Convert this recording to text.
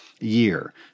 year